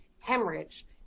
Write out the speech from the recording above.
hemorrhage